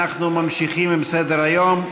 אנחנו ממשיכים בסדר-היום.